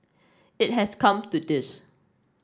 it has come to this